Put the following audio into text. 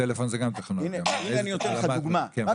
טלפון זה גם טכנולוגיה --- אני אתן לך דוגמא --- כן,